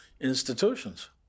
institutions